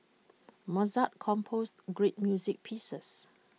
Mozart composed great music pieces